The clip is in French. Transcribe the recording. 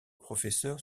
professeurs